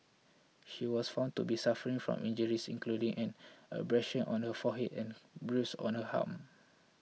she was found to be suffering from injuries including an abrasion on her forehead and a bruise on her arm